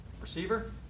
receiver